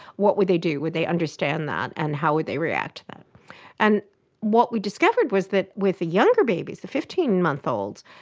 what would they do? would they understand that and how would they react? and what we discovered was that with the younger babies, the fifteen month olds,